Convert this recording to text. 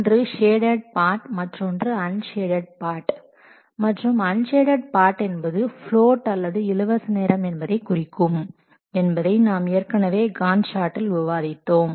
ஒன்று ஷேடட் பார்ட்மற்றொன்று unshaded part மற்றும் அன்ஷேடட் பார்ட் என்பது ப்லோட் அல்லது இலவச நேரம் என்பதை குறிக்கும் என்பதை நாம் ஏற்கனவே காண்ட் சார்ட்டில் விவாதித்தோம்